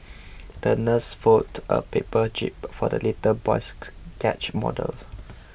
the nurse folded a paper jib for the little boy's yacht model